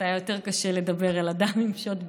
היה יותר קשה לדבר על אדם עם שוט ביד,